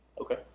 Okay